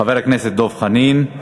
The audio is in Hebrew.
חבר הכנסת דב חנין.